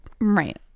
Right